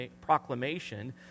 proclamation